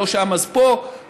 ולא שם אז פה,